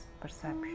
perception